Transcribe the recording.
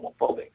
homophobic